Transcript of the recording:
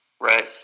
Right